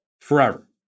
Forever